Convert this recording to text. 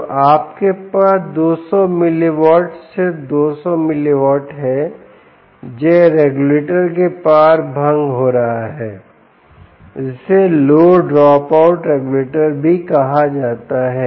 तो आपके पास 200 मिली वाट सिर्फ 200 मिली वाट है जो रेगुलेटर के पार भंग हो रहा है जिसे लो ड्रॉपआउट रेगुलेटर भी कहा जाता है